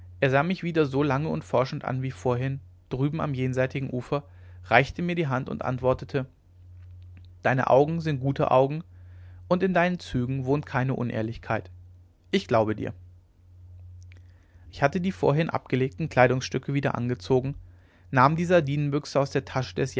er sah mich wieder so lange und forschend an wie vorhin drüben am jenseitigen ufer reichte mir die hand und antwortete deine augen sind gute augen und in deinen zügen wohnt keine unehrlichkeit ich glaube dir ich hatte die vorhin abgelegten kleidungsstücke wieder angezogen nahm die sardinenbüchse aus der tasche